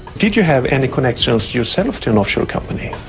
did you have any connections yourself to an offshore company?